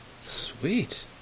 Sweet